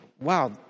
wow